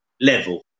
level